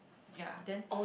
yea then